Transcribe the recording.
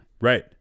Right